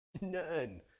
None